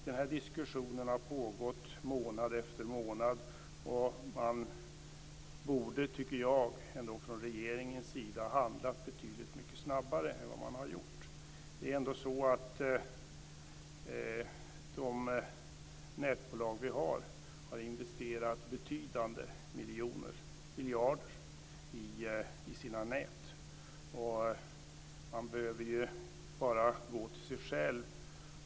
Den här diskussionen har pågått månad efter månad, och man borde, tycker jag, ändå från regeringens sida ha handlat betydligt snabbare än vad man har gjort. De nätbolag vi har har investerat betydande miljarder i sina nät. Man behöver bara gå till sig själv.